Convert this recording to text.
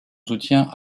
soutien